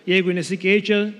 jeigu nesikeičia